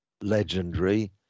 legendary